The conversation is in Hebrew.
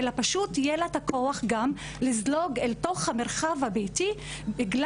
אלא פשוט יהיה לה הכוח לזלוג אל תוך המרחב הביתי בגלל